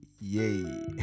Yay